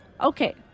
Okay